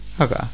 okay